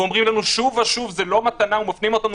ואומרים לנו שוב ושוב שזאת לא מתנה ומפנים אותנו